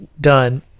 done